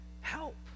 help